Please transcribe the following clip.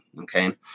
Okay